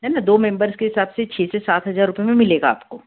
है ना दो मेम्बर्स के हिसाब से छः से सात हज़ार रुपये में मिलेगा आपको